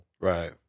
Right